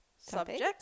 subject